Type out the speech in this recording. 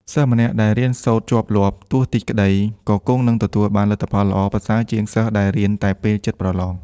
សិស្សម្នាក់ដែលរៀនសូត្រជាប់លាប់ ទោះតិចក្តី ក៏គង់នឹងទទួលបានលទ្ធផលល្អប្រសើរជាងសិស្សដែលរៀនតែពេលជិតប្រឡង។